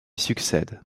succède